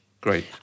Great